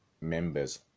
members